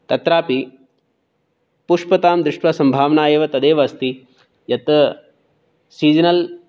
तत्रापि पुष्पतां दृष्ट्वा सम्भावना एव तदेव अस्ति यत् सिज़नल्